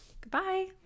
Goodbye